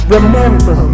Remember